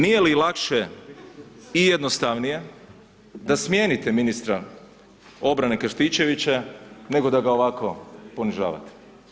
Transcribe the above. Nije li lakše i jednostavnije da smijenite ministra obrane Krstičevića nego da ga ovako ponižavate?